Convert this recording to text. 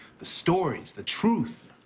the stories. the truth.